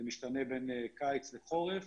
זה משתנה בין קיץ לחורף,